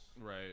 right